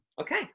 Okay